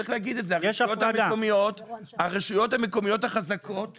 צריך להגיד את זה: הרשויות המקומיות החזקות יותר,